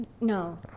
no